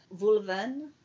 Vulven